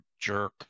jerk